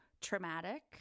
traumatic